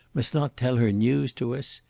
must not tell her news to us.